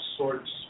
sorts